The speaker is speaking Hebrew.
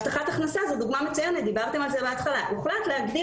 הבטחת הכנסה היא דוגמה מצוינת הוחלט להגדיל